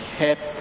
help